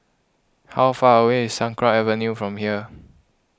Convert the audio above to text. how far away is Sakra Avenue from here